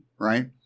right